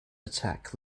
attack